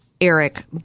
Eric